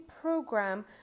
program